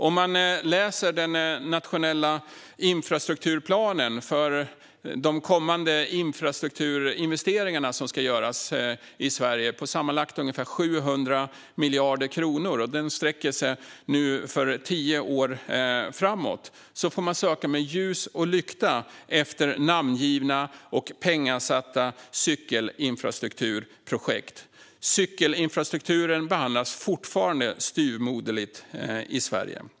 Om man läser den nationella infrastrukturplanen, som sträcker sig tio år framåt, för de infrastrukturinvesteringar som ska göras i Sverige på sammanlagt ungefär 700 miljarder kronor får man söka med ljus och lykta efter namngivna och pengasatta cykelinfrastrukturprojekt. Cykelinfrastrukturen behandlas fortfarande styvmoderligt i Sverige.